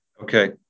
Okay